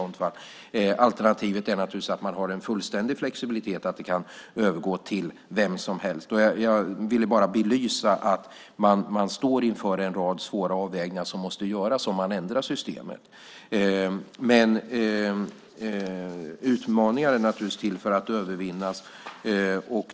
Alternativet är att ha en fullständig flexibilitet, att ersättningen kan övergå till "vem som helst". Jag ville bara belysa att man står inför en rad svåra avvägningar som måste göras om man ändrar systemet. Utmaningar är naturligtvis till för att övervinnas.